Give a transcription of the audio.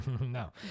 No